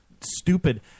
stupid